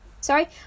Sorry